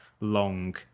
long